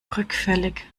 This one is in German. rückfällig